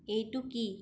এইটো কি